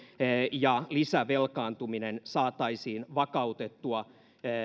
ja lisävelkaantuminen saataisiin vakautettua